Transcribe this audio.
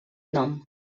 nom